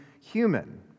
human